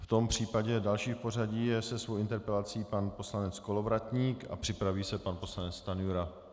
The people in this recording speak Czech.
V tom případě další v pořadí je se svou interpelací pan poslanec Kolovratník a připraví se pan poslanec Stanjura.